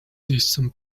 distant